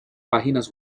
páginas